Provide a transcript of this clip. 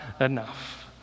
enough